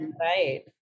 Right